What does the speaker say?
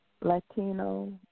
Latino